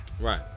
Right